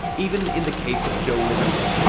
even in the case of joe livermore.